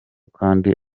kandi